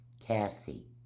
Cassie